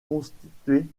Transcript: constituées